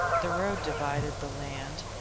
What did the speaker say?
the road divided the land.